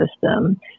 system